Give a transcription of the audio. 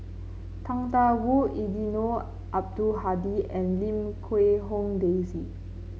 Tang Da Wu Eddino Abdul Hadi and Lim Quee Hong Daisy